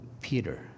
Peter